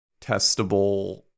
testable